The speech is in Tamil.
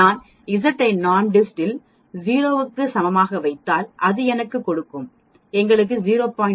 நான் Z ஐ NORMSDIST இல் 0 க்கு சமமாக வைத்தால் அது எனக்குக் கொடுக்கும் எங்களுக்கு 0